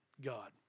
God